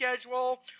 schedule